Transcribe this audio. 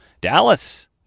Dallas